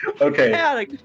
okay